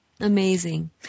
Amazing